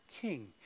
King